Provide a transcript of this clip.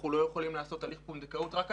אנחנו לא יכולים לעשות הליך פונדקאות רק אנחנו.